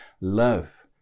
love